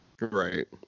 right